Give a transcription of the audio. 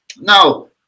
Now